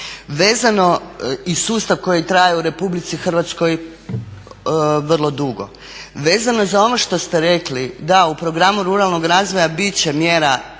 komore i sustav koji je trajao u Republici Hrvatskoj vrlo dugo. Vezano za ono što ste rekli, da u programu ruralnog razvoja biti će mjera